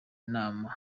nama